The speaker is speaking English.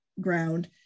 ground